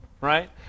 right